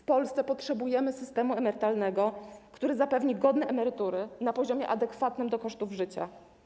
W Polsce potrzebujemy systemu emerytalnego, który zapewni godne emerytury na poziomie adekwatnym do kosztów życia.